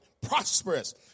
prosperous